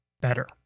better